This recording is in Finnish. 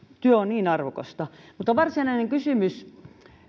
työ on niin arvokasta mutta varsinainen kysymys